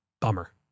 bummer